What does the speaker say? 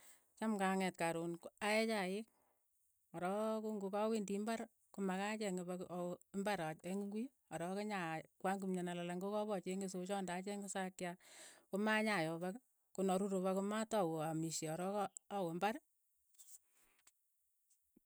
Cham nga nget karoon aee chaik, ko rook ko ngo ka wendii imbar, ko ma kacheng ipak aw- awe imbar a cheng ng'ui, korook inya kwany kimyo nelalang, ngo kap achenge sochaa anda acheng isakya komanya yoo ipak, ko naruur ipak ko matau aamishe arok awe imbar.